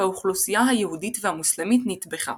והאוכלוסייה היהודית והמוסלמית נטבחה.